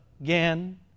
again